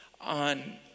on